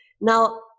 Now